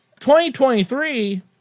2023